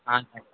हां सर